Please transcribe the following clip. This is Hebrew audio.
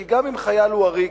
כי גם אם חייל הוא עריק,